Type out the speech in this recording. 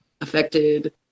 affected